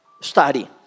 study